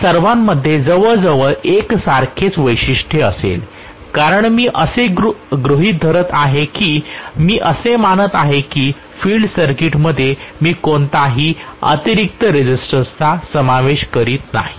त्या सर्वांमध्ये जवळजवळ एकसारखेच वैशिष्ट्य असेल कारण मी असे गृहित धरत आहे की मी असे मानत आहे की फील्ड सर्किटमध्ये मी कोणत्याही अतिरिक्त रेसिस्टन्स चा समावेश करीत नाही